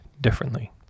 differently